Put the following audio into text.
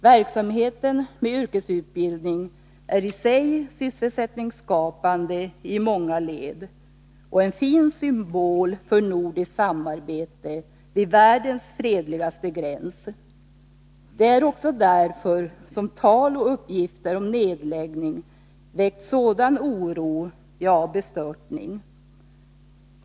Verksamheten med yrkesutbildning är i sig sysselsättningsskapande i många led och en fin symbol för nordiskt samarbete vid världens fredligaste gräns. Det är också därför som tal och uppgifter om nedläggning väckt sådan oro, ja, bestörtning.